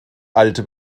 alte